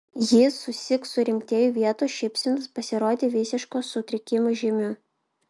jis susyk surimtėjo vietoj šypsenos pasirodė visiško sutrikimo žymių